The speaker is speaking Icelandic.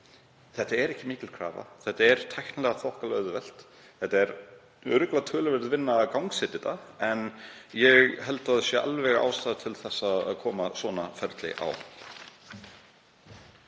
Þetta er ekki mikil krafa og er tæknilega þokkalega auðvelt. Það er örugglega töluverð vinna að gangsetja þetta en ég held að það sé alveg ástæða til þess að koma svona ferli á.